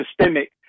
systemic